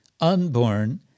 unborn